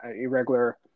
irregular